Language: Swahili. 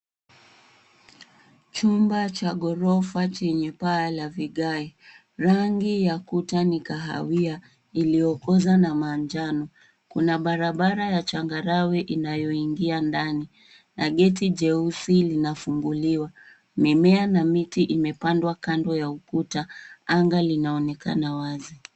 Chumba cha ghorfa chenye paa la vigae, rangi ya kuta ni kahawia ilipoza na manjano, kuna barabara ya changarawe inayoingia ndani na geti jeusi linafunguliwa, mimea na miti imepandwa kando ya ukuta, anga linaonekana wazi.